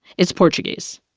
it's portuguese.